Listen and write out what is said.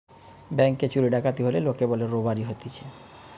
ব্যাংকে চুরি ডাকাতি হলে লোকে বলে রোবারি হতিছে